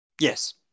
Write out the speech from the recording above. Yes